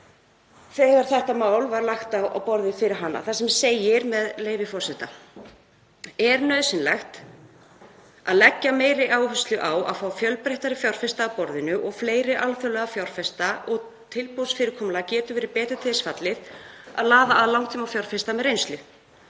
þegar þetta mál var lagt á borðið. Þar segir, með leyfi forseta: „… er nauðsynlegt að leggja meiri áherslu á að fá fjölbreyttari fjárfesta að borðinu og fleiri alþjóðlega fjárfesta og tilboðsfyrirkomulag getur verið betur til þess fallið að laða að langtímafjárfesta með reynslu.